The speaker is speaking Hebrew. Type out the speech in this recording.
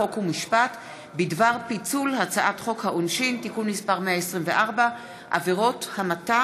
חוק ומשפט בדבר פיצול הצעת חוק העונשין (תיקון מס' 124) (עבירות המתה),